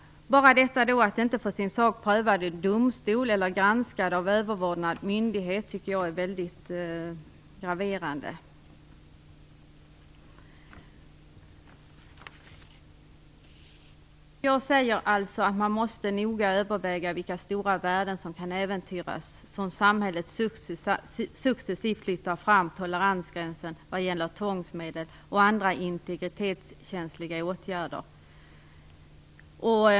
Bara detta att inte få sin sak prövad av domstol eller granskad av överordnad myndighet tycker jag är väldigt graverande. Man måste alltså noga överväga de stora värden som kan äventyras om samhället successivt flyttar fram toleransgränsen vad gäller tvångsmedel och andra integritetskänsliga åtgärder.